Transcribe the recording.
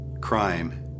crime